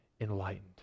enlightened